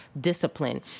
discipline